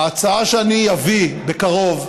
ההצעה שאני אביא בקרוב,